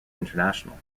international